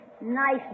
Nice